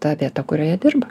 ta vieta kurioje dirba